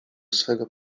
swego